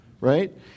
right